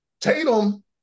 Tatum